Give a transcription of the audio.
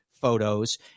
photos